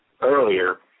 earlier